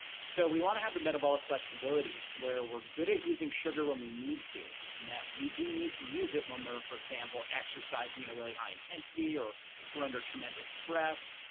so we want to have the metabolic flexibility to where we're good at using sugar when we need to, and that we do need to use it when we're, for example, exercising in a really high intensity or we're under tremendous stress.